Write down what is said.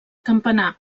campanar